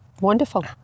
wonderful